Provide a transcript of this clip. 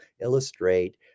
illustrate